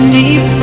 deep